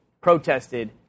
protested